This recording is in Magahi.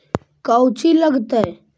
कौची लगतय?